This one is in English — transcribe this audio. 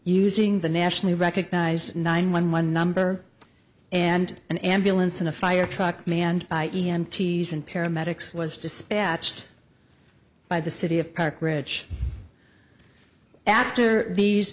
using the nationally recognized nine one one number and an ambulance and a fire truck manned by e m t and paramedics was dispatched by the city of park ridge after these